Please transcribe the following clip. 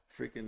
freaking